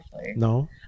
No